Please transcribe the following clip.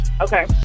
Okay